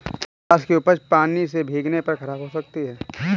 क्या कपास की उपज पानी से भीगने पर खराब हो सकती है?